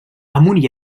amunt